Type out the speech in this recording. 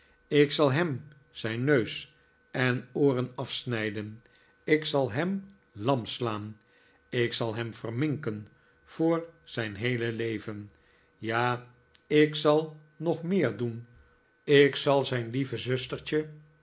ik zal hem zijn neus en ooren afsnijden ik zal hem lam slaan ik zal hem verminken voor zijn heele leven ja ik zal nog meer doen ik zal zijn lieve zustertje